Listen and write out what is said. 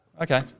Okay